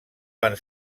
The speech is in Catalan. van